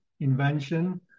invention